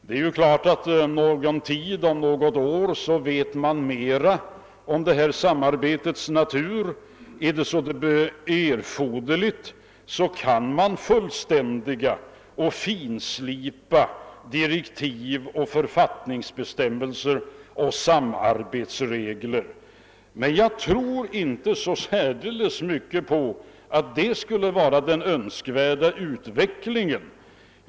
Men om något år tror jag att vi vet mer om detta samarbetes natur, och om det då visar sig erforderligt kan man fullständiga och finslipa direktiv, författningsbe stämmelser och samarbetsregler. Jag tror dock inte på att det skulle vara den önskvärda utvecklingen.